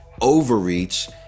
overreach